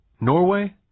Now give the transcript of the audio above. Norway